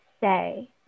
say